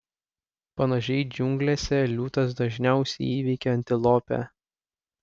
panašiai džiunglėse liūtas dažniausiai įveikia antilopę